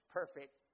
perfect